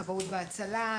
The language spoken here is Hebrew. כבאות והצלה,